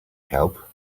help